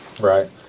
right